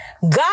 God